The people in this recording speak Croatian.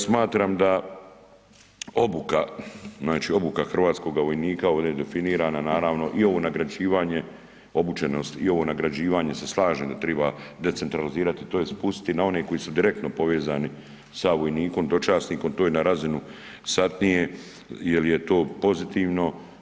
Smatram da obuka, znači obuka hrvatskoga vojnika, ovdje je definirana, naravno i ovo nagrađivanje, obučenost i ovo nagrađivanje se slažem da treba decentralizirati, tj. spustiti na one koji su direktno povezani sa vojnikom, dočasnikom, to je na razinu satnije jer je to pozitivno.